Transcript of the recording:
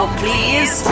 please